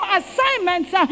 assignments